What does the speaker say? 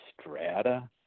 strata